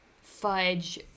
Fudge